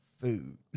Food